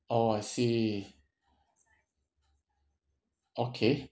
oh I see okay